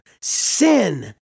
sin